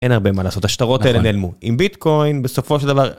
אין הרבה מה לעשות השטרות האלה נעלמו עם ביטקוין בסופו של דבר.